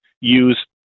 use